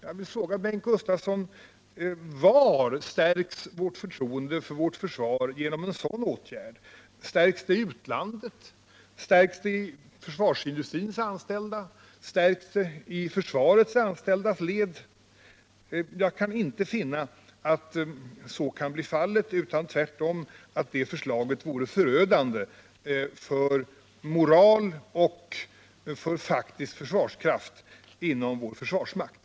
Jag vill fråga Bengt Gustavsson: Var stärks förtroendet för vårt försvar genom att en sådan åtgärd vidtas? Stärks det i utlandet? Stärks det bland försvarsindustrins anställda? Stärks det i de försvarsanställdas led? — Jag kan inte finna att så kan bli fallet utan tvärtom att det förslaget vore förödande för moral och för faktisk försvarskraft inom vår försvarsmakt.